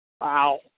Wow